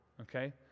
okay